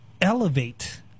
elevate